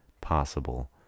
possible